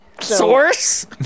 Source